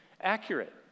accurate